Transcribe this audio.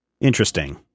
Interesting